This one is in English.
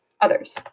others